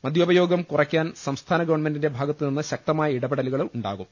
മദ്യോപയോഗം കുറയ്ക്കാൻ സംസ്ഥാന ഗവൺമെന്റിന്റെ ഭാഗത്തു നിന്ന് ശക്തമായ ഇടപെടലു കളുണ്ടാകും